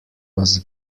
was